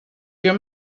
your